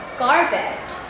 garbage